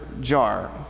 jar